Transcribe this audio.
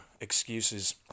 excuses